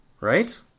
right